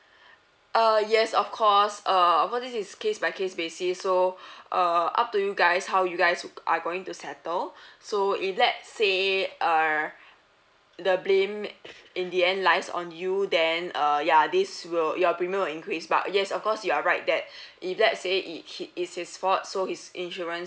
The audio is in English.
uh yes of course err of course this is case by case basis so uh up to you guys how you guys are going to settle so if let's say err the blame in the end lies on you then uh ya this will your premium will increase but yes of course you are right that if let's say it he it's his fault so his insurance